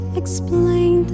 explain